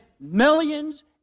millions